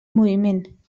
moviment